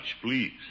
please